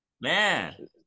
Man